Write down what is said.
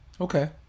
okay